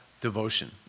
devotion